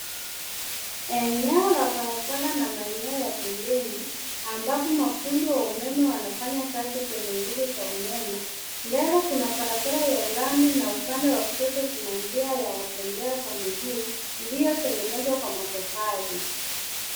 Eneo la barabara na maeneo ya pembeni ambapo mafundi wa umeme wanafanya kazi kwenye nguzo za umeme. Mbele kuna barabara ya lami na upande wa kushoto kuna njia ya watembea kwa miguu iliyotengenezwa kwa matofali.